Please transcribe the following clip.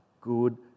good